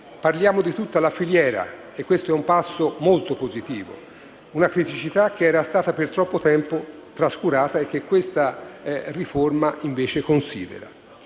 parliamo di tutta la filiera. Questo è un passo molto positivo rispetto ad una criticità che era stata per troppo tempo trascurata e che questa riforma invece considera.